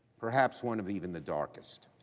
perhaps one of even the darkest.